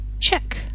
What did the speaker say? check